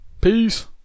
Peace